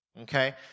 Okay